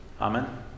amen